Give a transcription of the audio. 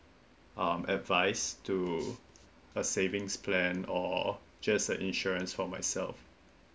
um advise to a savings plan or just a insurance for myself